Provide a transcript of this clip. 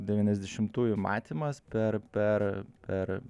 devyniasdešimtųjų matymas per per per